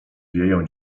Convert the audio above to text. wieją